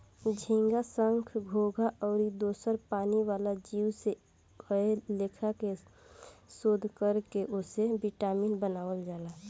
झींगा, संख, घोघा आउर दोसर पानी वाला जीव से कए लेखा के शोध कर के ओसे विटामिन बनावल जाला